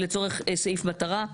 לצורך סעיף מטרה,